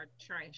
trash